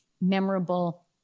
memorable